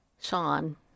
Sean